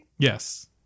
Yes